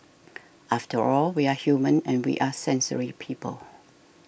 after all we are human and we are sensory people